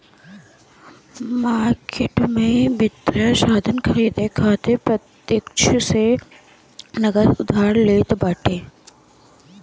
margin में वित्तीय साधन खरीदे खातिर प्रतिपक्ष से नगद उधार लेत बाटे